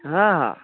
ହଁ ହଁ